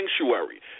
sanctuary